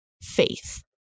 faith